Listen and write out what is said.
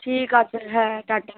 ঠিক আছে হ্যাঁ টাটা